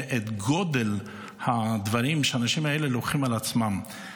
את גודל הדברים שהאנשים האלה לוקחים על עצמם.